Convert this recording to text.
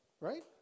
Right